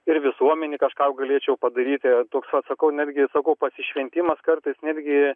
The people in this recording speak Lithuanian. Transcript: ir visuomenei kažką jau galėčiau padaryti toks vat sakau netgi sakau pasišventimas kartais netgi